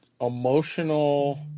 emotional